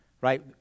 right